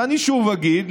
ואני שוב אגיד,